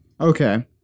Okay